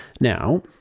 Now